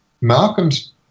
Malcolm's